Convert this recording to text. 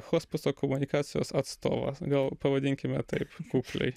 hospiso komunikacijos atstovas gal pavadinkime taip kukliai